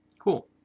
Cool